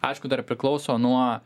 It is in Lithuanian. aišku dar priklauso nuo